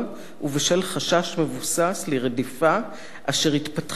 ובשל חשש מבוסס לרדיפה אשר התפתחה או